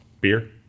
beer